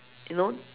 you know